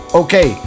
okay